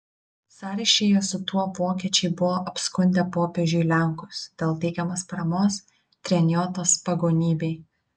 sąryšyje su tuo vokiečiai buvo apskundę popiežiui lenkus dėl teikiamos paramos treniotos pagonybei